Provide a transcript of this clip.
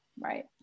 right